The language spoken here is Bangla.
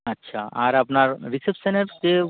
আচ্ছা আর আপনার রিসেপশনের যে